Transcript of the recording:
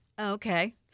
Okay